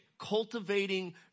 cultivating